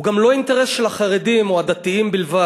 הוא גם לא אינטרס של החרדים או הדתיים בלבד,